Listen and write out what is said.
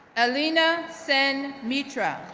ilina sen mitra,